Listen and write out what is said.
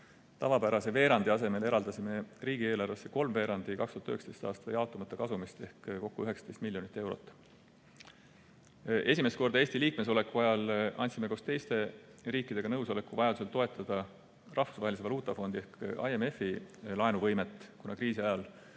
Tavapärase veerandi asemel eraldasime riigieelarvesse kolmveerandi 2019. aasta jaotamata kasumist ehk kokku 19 miljonit eurot. Esimest korda Eesti liikmeksoleku ajal andsime koos teiste riikidega nõusoleku vajaduse korral toetada Rahvusvahelise Valuutafondi ehk IMF-i laenuvõimet, kuna kriisi ajal